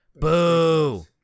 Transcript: Boo